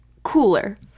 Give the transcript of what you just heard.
Cooler